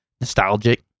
nostalgic